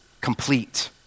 complete